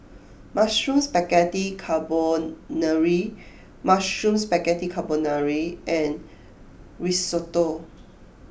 Mushroom Spaghetti Carbonara Mushroom Spaghetti Carbonara and Risotto